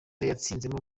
yatsinzemo